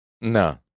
No